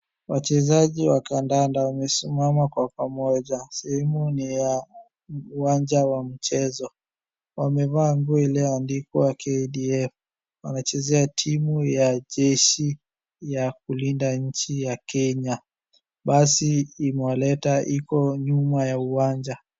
Wachezaji wa kandanda wamesimama kwa pamoja, sehemu ni ya uwanja wa mchezo. Wamevaa nguo iliyoandikwa KDF. Wanachezea timu ya jeshi ya kulinda nchi ya Kenya. Basi imewaleta iko nyuma ya uwanja.